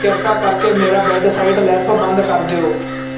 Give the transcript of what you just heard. ਕਿਰਪਾ ਕਰਕੇ ਮੇਰਾ ਬੈੱਡਸਾਈਡ ਲੈਂਪ ਬੰਦ ਕਰ ਦਿਓ